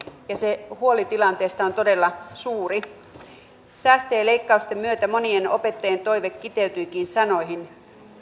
ja se huoli tilanteesta on todella suuri säästöjen ja leikkausten myötä monien opettajien toive kiteytyikin sanoihin